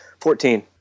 Fourteen